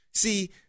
See